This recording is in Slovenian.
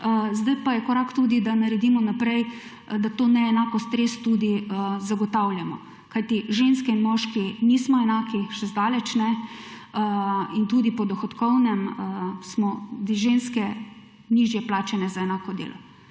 zdaj pa je korak tudi da naredimo naprej, da to neenakost res tudi zagotavljamo, kajti ženske in moški nismo enaki, še zdaleč ne in tudi po dohodkovnem smo ženske nižje plačane za enako delo.